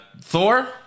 Thor